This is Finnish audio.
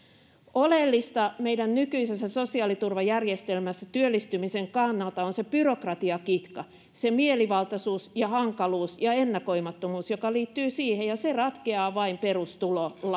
oleellista meidän nykyisessä sosiaaliturvajärjestelmässämme työllistymisen kannalta on se byrokratiakitka se mielivaltaisuus ja hankaluus ja ennakoimattomuus joka liittyy siihen ja se ratkeaa vain perustulolla